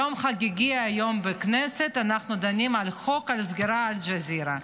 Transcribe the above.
יום חגיגי היום בכנסת: אנחנו דנים על חוק לסגירת אל-ג'זירה.